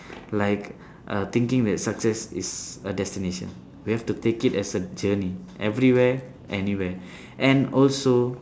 like uh thinking that success is a destination we have to take it as a journey everywhere anywhere and also